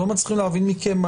אנחנו לא מצליחים להבין מכם.